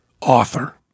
author